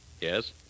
Yes